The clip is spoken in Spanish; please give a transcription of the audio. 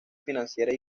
financiera